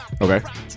Okay